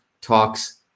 talks